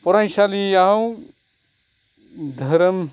फरायसालियाव धोरोम